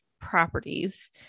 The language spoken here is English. properties